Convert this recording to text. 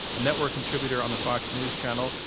a network contributor on the fox news channel,